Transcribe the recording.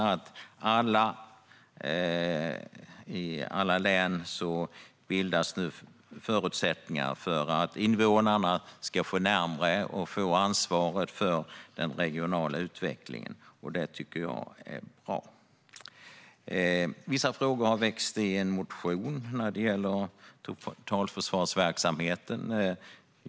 I alla län bildas nu förutsättningar för att invånarna ska komma närmare ansvaret för den regionala utvecklingen, och det tycker jag är bra. Vissa frågor har väckts i en motion. Det gäller totalförsvarsverksamheten.